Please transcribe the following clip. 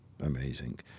amazing